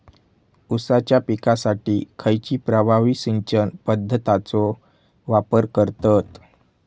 ऊसाच्या पिकासाठी खैयची प्रभावी सिंचन पद्धताचो वापर करतत?